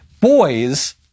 boys